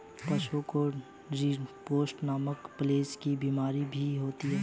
पशुओं में रिंडरपेस्ट नामक प्लेग की बिमारी भी होती है